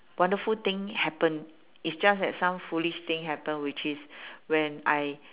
wonderful thing happen is just that some foolish thing happen which is when I